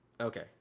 Okay